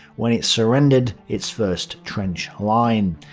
when it surrendered its first trench line.